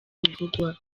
bivugwa